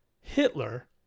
Hitler